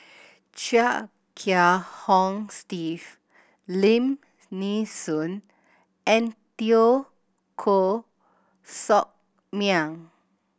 Chia Kiah Hong Steve Lim Nee Soon and Teo Koh Sock Miang